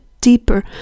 deeper